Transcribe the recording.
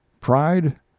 PRIDE